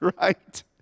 Right